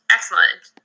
Excellent